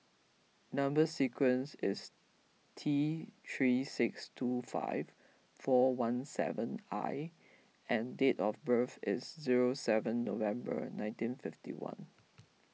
Number Sequence is T three six two five four one seven I and date of birth is zero seven November nineteen fifty one